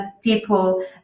people